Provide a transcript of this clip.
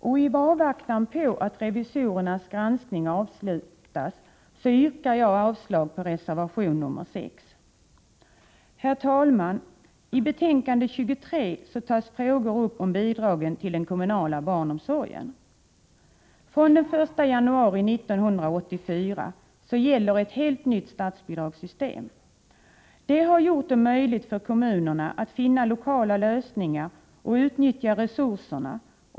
I avvaktan på att revisorernas granskning avslutas yrkar jag avslag på reservation 6. Herr talman! I socialutskottets betänkande 23 tas frågor upp om bidragen till den kommunala barnomsorgen. Från den 1 januari 1984 gäller ett helt nytt statsbidragssystem. Detta har gjort det möjligt för kommunerna att finna lokala lösningar och att utnyttja resurserna.